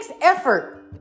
effort